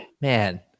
man